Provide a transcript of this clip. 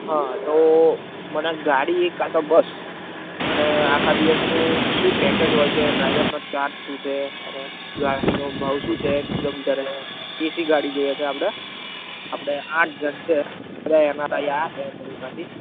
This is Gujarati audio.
હા તો મને ગાડી કા તો બસ અને આખા દિવસનું શું પેકેજ હોય છે ડ્રાઇવરનો ચાર્જ શું છે અને ગાડીનો ભાવ શું છે કિલો મીટરએ એસી ગાડી જોઈએ છે આપડે આપડે આઠ જણ છે બધા એમા આયા ફેમિલી સાથી